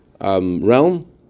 Realm